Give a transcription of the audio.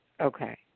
Okay